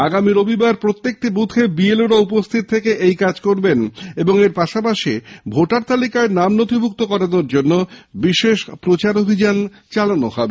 আগামী রবিবার প্রতিটি বুথে বিএলও রা উপস্থিত থেকে এই কাজ করবেন এবং এর পাশাপাশি ভোটার তালিকায় নাম নথিভুক্ত করানোর জন্য বিশেষ প্রচারাভিযান চালানো হবে